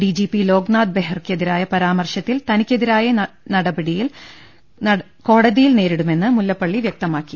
D G P Loknath ബെഹ്റക്കെതിരായ പരാമർശ ത്തിൽ തനിക്കെതിരായ നടപടി കോടതിയിൽ നേരിടുമെന്ന് മുല്ല പ്പള്ളി വൃക്തമാക്കി